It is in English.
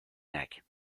neck